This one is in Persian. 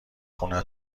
خونه